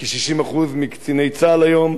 כי 60% מקציני צה"ל היום,